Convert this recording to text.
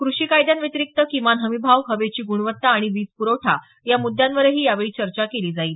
कृषी कायद्यांव्यतिरिक्त किमान हमी भाव हवेची गुणवत्ता आणि वीजपुरवठा या मुद्यांवरही यावेळी चर्चा केली जाईल